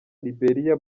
liberia